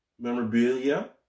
memorabilia